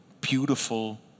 beautiful